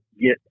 get